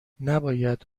نباید